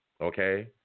okay